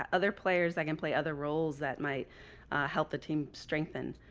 other players that can play other roles that might help the team strengthen.